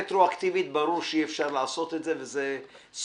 רטרואקטיבית ברור שאי אפשר לעשות את זה, וזה סוכם.